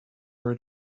were